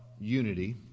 unity